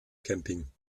camping